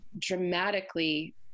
dramatically